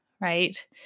right